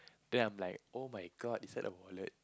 then I'm like oh-my-god is that a wallet